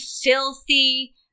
Filthy